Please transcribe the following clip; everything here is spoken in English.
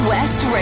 West